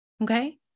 Okay